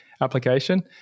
application